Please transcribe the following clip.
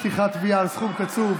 פתיחת תביעה על סכום קצוב),